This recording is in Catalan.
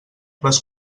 les